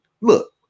Look